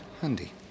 Handy